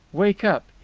wake up.